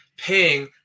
Paying